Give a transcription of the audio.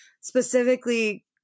specifically